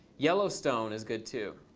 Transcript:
yellowstone is good, too.